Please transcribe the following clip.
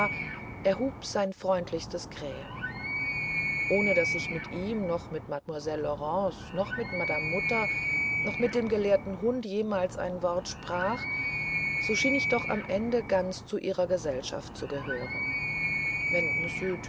erhub sein freundlichstes krähen ohne daß ich mit ihm noch mit mademoiselle laurence noch mit madame mutter noch mit dem gelehrten hund jemals ein wort sprach so schien ich doch am ende ganz zu ihrer gesellschaft zu gehören wenn